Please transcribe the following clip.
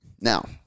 now